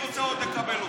מי רוצה עוד לקבל אותך?